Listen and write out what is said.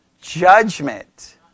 judgment